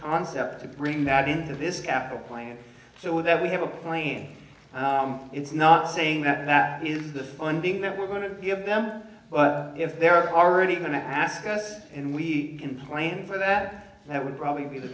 concept to bring that into this capital plan so that we have a plane it's not saying that that is the funding that we're going to give them but if they're already going to ask us and we can plan for that that would probably be the